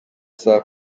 saa